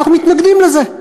אנחנו מתנגדים לזה.